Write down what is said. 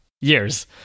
years